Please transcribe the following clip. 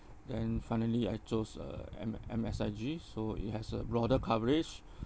then finally I chose uh M~ M_S_I_G so it has a broader coverage